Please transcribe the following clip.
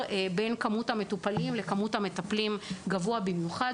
בין כמות המטופלים לכמות המטפלים גבוה במיוחד,